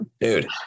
dude